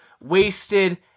wasted